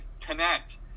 connect